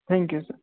thank you sir